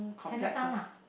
Chinatown lah